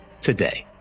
today